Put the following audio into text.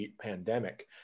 pandemic